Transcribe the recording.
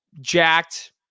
jacked